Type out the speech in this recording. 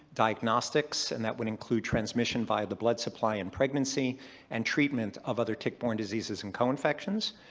diagnostics and that would include transmission via the blood supply in pregnancy and treatment of other tick-borne diseases and co-infection's.